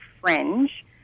Fringe